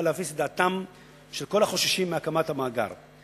להפיס דעתם של כל החוששים מהקמת המאגר.